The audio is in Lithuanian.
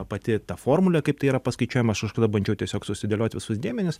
pati ta formulė kaip tai yra paskaičiuojama aš kažkada bandžiau tiesiog susidėliot visus dėmenis